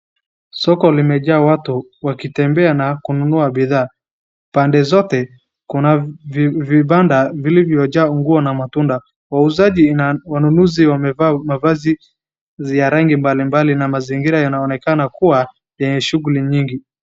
Soko limejaa watu wakitembea na kununua bidhaa. Pande zote kuna vibanda vilivyojaa nguo na matunda. Wauzaji na wanunuzi wamevaa mavazi za rangi mbalimbali na mazingira yanaonekana kuwa yenye shughuli nyingi.